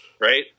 right